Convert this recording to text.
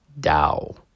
Dao